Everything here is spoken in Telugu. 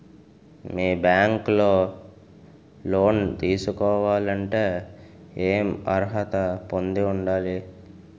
మీ బ్యాంక్ లో లోన్ తీసుకోవాలంటే ఎం అర్హత పొంది ఉండాలి?